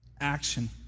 action